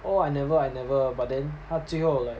oh I never I never but then 他最后 like